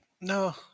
no